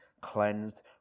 cleansed